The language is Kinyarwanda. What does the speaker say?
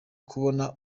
kubona